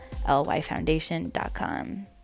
Lyfoundation.com